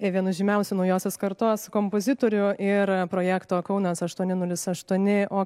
vienas žymiausių naujosios kartos kompozitorių ir projekto kaunas aštuoni nulis aštuoni o